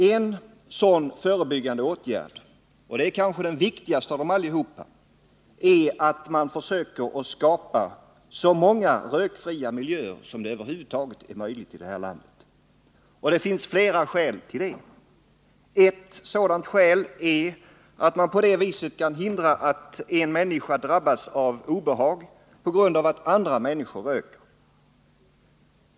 En sådan förebyggande åtgärd — kanske den viktigaste av dem allihop — är att man försöker skapa så många rökfria miljöer som över huvud taget är möjligt i detta land. Det finns flera skäl härför. Ett sådant skäl är att man på det sättet kan hindra en människa från att drabbas av obehag på grund av att andra människor röker.